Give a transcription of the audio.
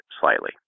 slightly